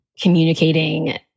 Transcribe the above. Communicating